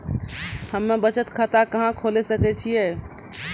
हम्मे बचत खाता कहां खोले सकै छियै?